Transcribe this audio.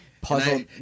puzzle